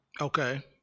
Okay